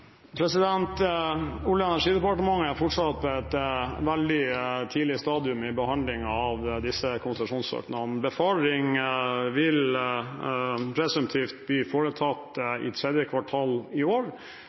energidepartementet er fortsatt på et veldig tidlig stadium i behandlingen av disse konsesjonssøknadene. Befaring vil presumptivt bli foretatt i tredje kvartal i år,